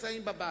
נמצאים בבית.